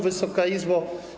Wysoka Izbo!